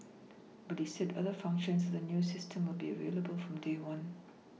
but he said other functions of the new system will be available from day one